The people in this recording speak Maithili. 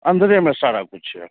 अन्दरेमे सारा किछु यऽ